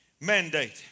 Mandate